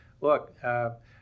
look